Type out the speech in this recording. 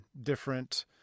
different